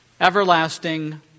everlasting